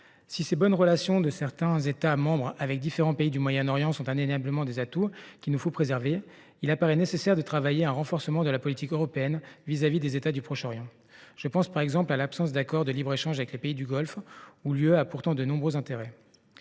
Si les bonnes relations de certains États membres avec différents pays du Moyen Orient sont indéniablement des atouts qu’il nous faut préserver, il apparaît nécessaire de travailler à un renforcement de la politique européenne vis à vis des États du Proche Orient. Je pense, par exemple, à l’absence d’accord de libre échange avec les pays du Golfe, où l’Union européenne a pourtant de nombreux intérêts.